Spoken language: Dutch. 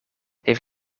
heeft